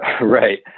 Right